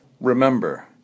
Remember